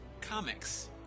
comics